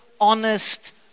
honest